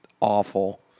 awful